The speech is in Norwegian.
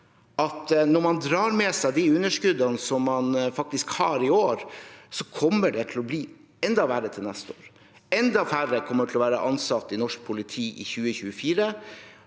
når man drar med seg de underskuddene som man faktisk har i år, kommer det til å bli enda verre til neste år. Enda færre kommer til å være ansatt i norsk politi i 2024.